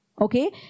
okay